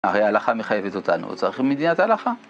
הרי הלכה מחייבת אותנו, צריכים מדינת הלכה.